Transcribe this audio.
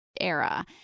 era